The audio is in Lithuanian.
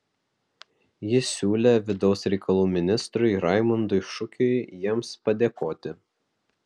ji siūlė vidaus reikalų ministrui raimundui šukiui jiems padėkoti